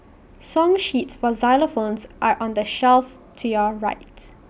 song sheets for xylophones are on the shelf to your rights